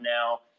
now